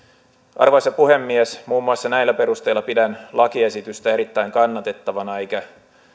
arvoisa puhemies muun muassa näillä perusteilla pidän lakiesitystä erittäin kannatettavana eikä